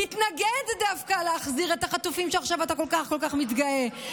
התנגד דווקא להחזיר את החטופים שעכשיו אתה כל כך כל כך מתגאה.